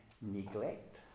neglect